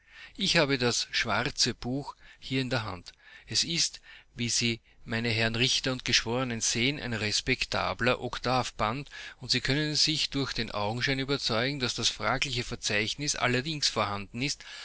ich habe das schwarze buch hier in der hand es ist wie sie meine herren richter und geschworenen sehen ein respektabler oktavband und sie können sich durch den augenschein überzeugen daß das fragliche verzeichnis allerdings vorhanden ist